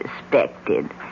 suspected